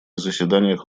заседаниях